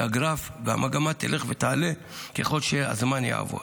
שהגרף והמגמה ילכו ויעלו ככל שהזמן יעבור.